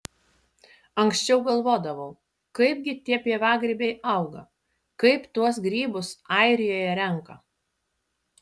anksčiau galvodavau kaipgi tie pievagrybiai auga kaip tuos grybus airijoje renka